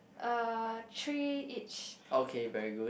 uh three each